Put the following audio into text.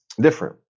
different